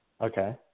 Okay